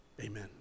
amen